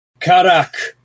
Karak